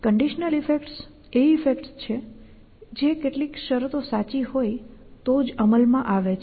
તેથી conditional effects એ effects છે જે કેટલીક શરતો સાચી હોય તો જ અમલમાં આવે છે